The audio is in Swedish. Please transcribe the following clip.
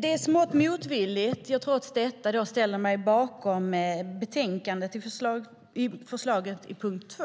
Det är smått motvilligt som jag trots detta ställer mig bakom utskottets förslag under punkt 2.